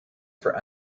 for